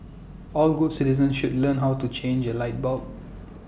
all good citizens should learn how to change A light bulb